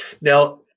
Now